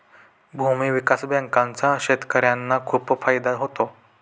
भूविकास बँकांचा शेतकर्यांना खूप फायदा होतो